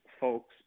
folks